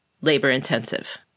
labor-intensive